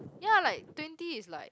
ya like twenty is like